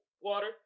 water